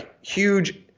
huge